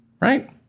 Right